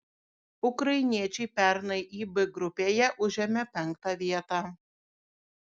ukrainiečiai pernai ib grupėje užėmė penktą vietą